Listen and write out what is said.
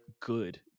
good